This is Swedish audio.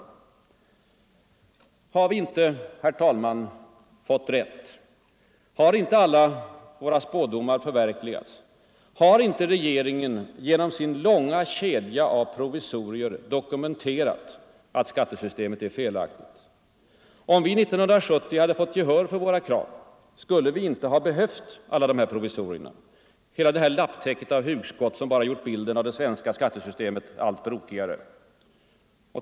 Har vi inte, herr talman, fått rätt? Har inte alla våra spådomar slagit in? Har inte regeringen genom sin långa kedja av provisorier dokumenterat att skattesystemet är felaktigt? Om vi 1970 hade fått gehör för våra krav, skulle vi inte ha behövt alla dessa provisorier, hela detta lapptäcke av nya hugskott, som bara gjort bilden av det svenska skattesystemet allt brokigare.